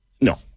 No